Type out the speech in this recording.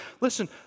listen